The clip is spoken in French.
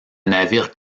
navire